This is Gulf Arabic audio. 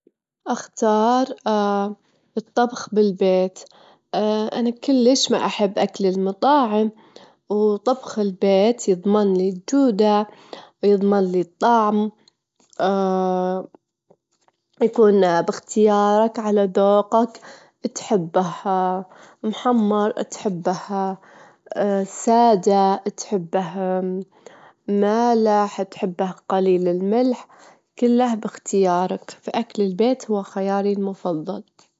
حتى تغيرين إطار السيارة أو الدراجة، أول شي تتأكدين إنك تجلسين بمكان ءامن، ترفعين السيارة باستخدام الرافعة، تشيلي البراغي باستخدام العدة الخاصة، بعدين تستبدلين الإطار، تتبتينها بنفس الطريقة عشان تتأكدين إنه محكم.